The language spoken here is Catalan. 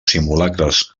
simulacres